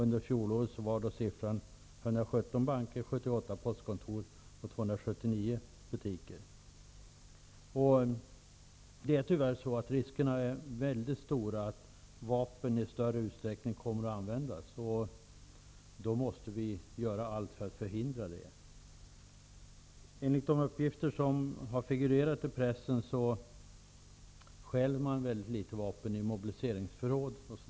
Under fjolåret var siffrorna 117 banker, 78 postkontor och 279 butiker. Riskerna är tyvärr väldigt stora att vapen i större utsträckning kommer att användas, och då måste vi göra allt för att förhindra det. Enligt de uppgifter som har figurerat i pressen stjäls mycket få vapen från mobiliseringsförråd.